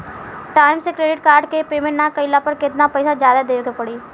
Time से credit card के payment ना कैला पर केतना पईसा जादे देवे के पड़ी?